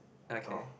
okay